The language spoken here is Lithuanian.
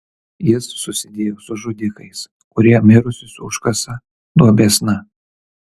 jis susidėjo su žudikais kurie mirusius užkasa duobėsna